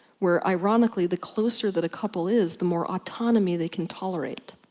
where ironically the closer that a couple is, the more autonomy they can tolerate.